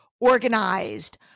organized